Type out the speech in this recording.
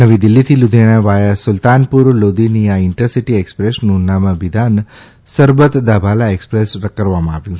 નવી દિલ્હીથી લુધિયાણા વાયા સુલતાનપુર લોદીની આ ઇન્ટરસિટી એક્સપ્રેસનું નામાભિધાન સરબત દા ભાલા એક્સપ્રેસ કરવામાં આવ્યું છે